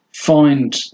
find